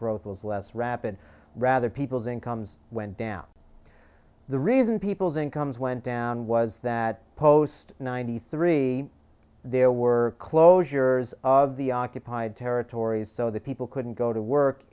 growth was less rapid rather people's incomes went down the reason people's incomes went down was that post ninety three there were closures of the occupied territories so that people couldn't go to work